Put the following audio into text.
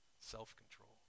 self-control